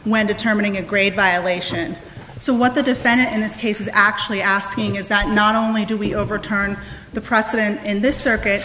when determining a great violation so what the defendant in this case is actually asking is that not only do we overturn the precedent in this circuit